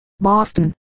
Boston